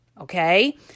Okay